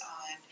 on